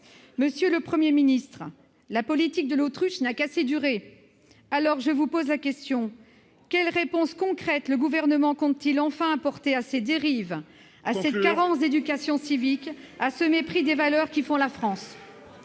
Monsieur le Premier ministre, la politique de l'autruche n'a que trop duré ! Il faut conclure ! Quelles réponses concrètes le Gouvernement compte-t-il enfin apporter à ces dérives, à cette carence d'éducation civique, à ce mépris des valeurs qui font la France ?